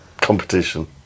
competition